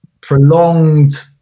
prolonged